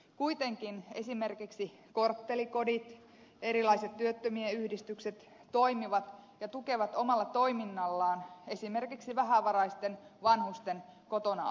kuitenkin esimerkiksi korttelikodit erilaiset työttömien yhdistykset toimivat ja tukevat omalla toiminnallaan esimerkiksi vähävaraisten vanhusten kotona asumista